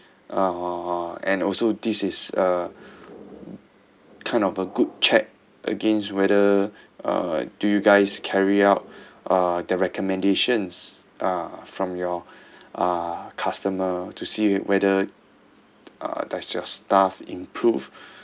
uh and also this is a kind of a good check against whether uh do you guys carry out uh the recommendations uh from your uh customer to see whether uh does your staff improve